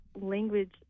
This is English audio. language